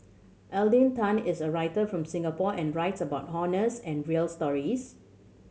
Alden Tan is a writer from Singapore and writes about honest and real stories